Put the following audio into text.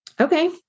Okay